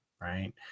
right